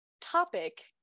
topic